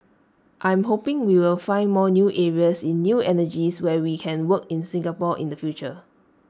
I'm hoping we will find more new areas in new energies where we can work in Singapore in the future